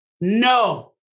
No